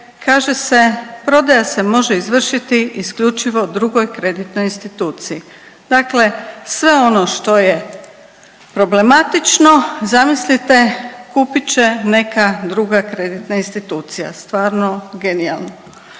kaže se prodaja se može izvršiti isključivo drugoj kreditnoj instituciji. Dakle, sve ono što je problematično zamislite kupit će neka druga kreditna institucija. Stvarno genijalno.